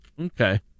Okay